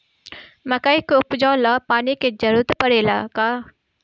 मकई के उपजाव ला पानी के जरूरत परेला का?